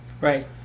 right